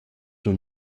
sun